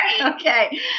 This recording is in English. Okay